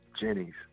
Jenny's